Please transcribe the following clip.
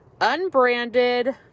unbranded